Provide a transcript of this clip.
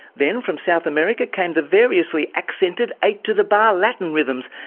then, from south america, came the variously accented eight-to-the-bar latin rhythms.